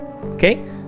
Okay